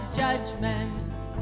judgments